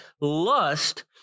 lust